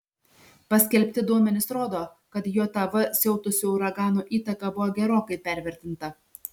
paskelbti duomenys rodo kad jav siautusių uraganų įtaka buvo gerokai pervertinta